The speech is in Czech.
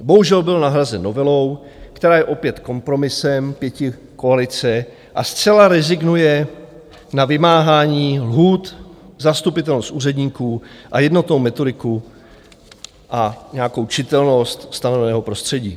Bohužel byl nahrazen novelou, která je opět kompromisem pětikoalice, a zcela rezignuje na vymáhání lhůt, zastupitelnost úředníků a jednotnou metodiku a nějakou čitelnost stanoveného prostředí.